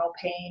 pain